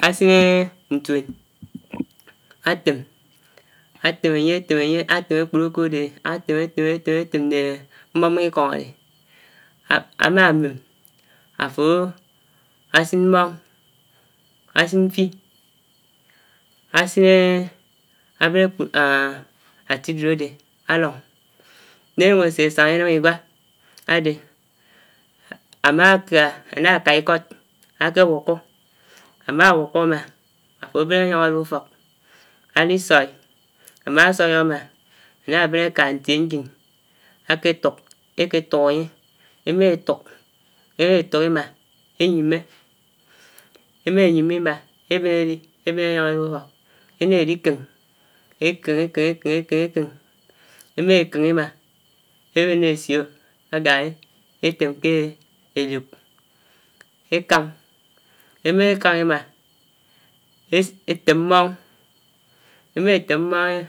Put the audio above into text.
Ásin ntuén àtém, átém ényé átém ényé, átém ekpórókó ádé, átém átém átém né mmóng mmóng ikóng ádé ámà mém áfó ásin mmóng, ásin mfi, ásin àbén áti dót àdé àlóng n`ényong énám iwá ádé ámá, àyà kaa ikót áké wukó, ámà sói ámá áfó ábén áyóng ádi ufók ádi sóí àmà sói ámá áyá bén áká ntié engine áké tuk, ékétuk ànyé, éyètuk, émétuk imá ényimmé éményimme mà ébén édi, ébén ényóng édi ufók énédi kèng, ékèng, ékéng, ékéng, èkéng, èkéng, émékéng imá ébéné ésió ágámi étém ké édiók, ékàng, émékáng imà, étém mmóng, émètém mmóng